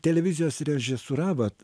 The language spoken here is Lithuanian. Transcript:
televizijos režisūra vat